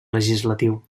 legislatiu